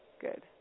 good